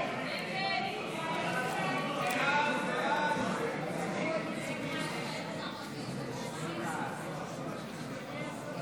כהצעת הוועדה, נתקבל.